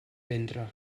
ventre